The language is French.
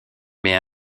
mais